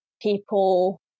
people